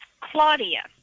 Claudia